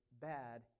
bad